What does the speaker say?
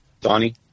Donnie